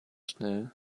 schnell